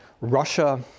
Russia